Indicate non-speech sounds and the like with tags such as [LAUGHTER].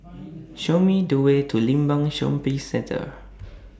[NOISE] Show Me The Way to Limbang Shopping Centre